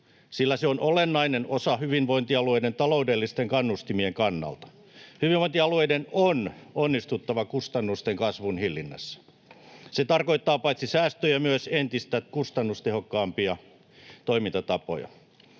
sillä se on olennainen osa hyvinvointialueiden taloudellisten kannustimien kannalta. Hyvinvointialueiden on onnistuttava kustannusten kasvun hillinnässä. Se tarkoittaa paitsi säästöjä myös entistä kustannustehokkaampia toimintatapoja.